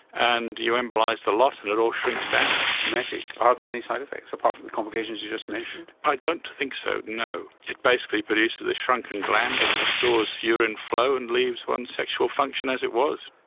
and you embolise the lot and it all shrinks down. magic. are there any side-effects, apart from the complications you just mentioned? i don't think so, no. it basically produces a shrunken gland and restores urine flow and leaves one's sexual function as it was.